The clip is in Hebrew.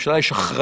לממשלה יש אחריות